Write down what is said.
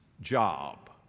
job